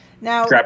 Now